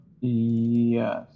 Yes